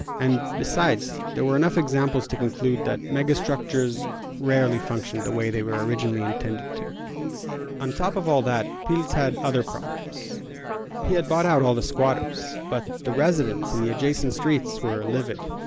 and besides, there were enough examples to conclude that megastructures rarely functioned the way they were originally intended to on top of all that, pilz had other problems he had bought out all the squatters, but the residents in the adjacent streets were livid.